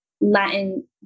Latin